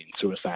suicide